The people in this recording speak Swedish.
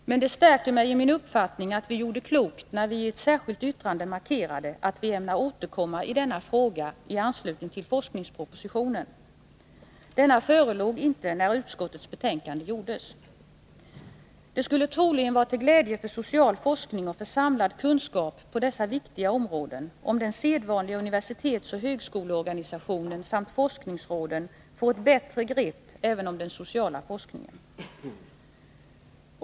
Men det stärker mig i min uppfattning att vi gjorde klokt när vi i ett särskilt yttrande markerade att vi ämnar återkomma i denna fråga i anslutning till forskningspropositionen. Denna förelåg inte när utskottets betänkande utarbetades. Det skulle troligen vara till glädje för den sociala forskningen och för den samlade kunskapen på dessa viktiga områden om den sedvanliga universitetsoch högskoleorganisationen samt forskningsråden får ett bättre grepp även om den sociala forskningen.